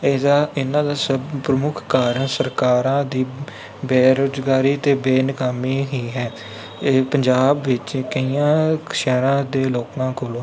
ਇਸਦਾ ਇਹਨਾਂ ਦਾ ਸਭ ਪ੍ਰਮੁੱਖ ਕਾਰਨ ਸਰਕਾਰਾਂ ਦੀ ਬੇਰੁਜ਼ਗਾਰੀ ਅਤੇ ਬੇਨਕਾਮੀ ਹੀ ਹੈ ਇਹ ਪੰਜਾਬ ਵਿੱਚ ਕਈਆਂ ਸ਼ਹਿਰਾਂ ਦੇ ਲੋਕਾਂ ਕੋਲੋਂ